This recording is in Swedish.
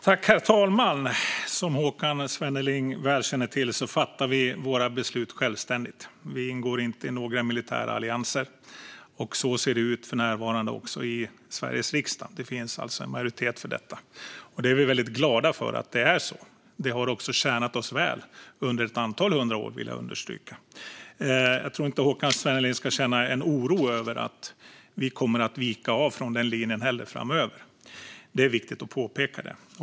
Herr talman! Som Håkan Svenneling väl känner till fattar vi våra beslut självständigt. Vi ingår inte i några militära allianser. Så ser läget också ut för närvarande i Sveriges riksdag. Det finns alltså en majoritet för detta. Vi är väldigt glada för att det är så. Det har också tjänat oss väl under ett antal hundra år, vill jag understryka. Jag tror inte att Håkan Svenneling ska känna en oro över att vi kommer att vika av från den linjen framöver. Det är viktigt att påpeka det.